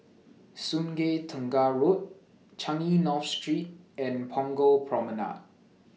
Sungei Tengah Road Changi North Street and Punggol Promenade